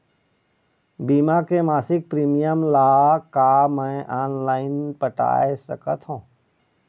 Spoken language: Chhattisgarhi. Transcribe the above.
बीमा के मासिक प्रीमियम ला का मैं ऑनलाइन पटाए सकत हो?